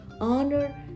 honor